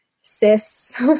cis